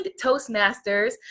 Toastmasters